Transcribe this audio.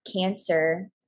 cancer